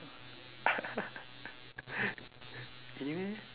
anyway